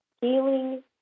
healing